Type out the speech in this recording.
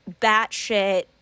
batshit